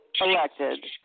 elected